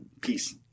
peace